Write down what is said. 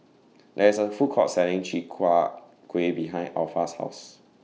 There IS A Food Court Selling Chi Kak Kuih behind Alpha's House